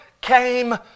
came